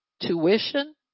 tuition